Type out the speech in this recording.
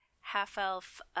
half-elf